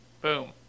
Boom